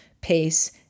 pace